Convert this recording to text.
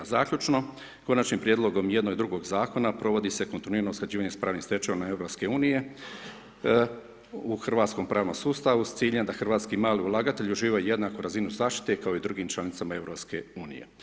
Zaključno, konačnim prijedloga jednog i drugog zakona, provodi se kontinuirano usklađivanje s pravnim stečajevima EU, u hrvatskom pravnom sustavu, s ciljem da hrvatski mali ulagatelj uživa jednaku razine zaštite kao i drugim članicama EU.